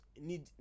need